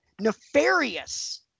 nefarious